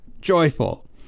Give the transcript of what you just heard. joyful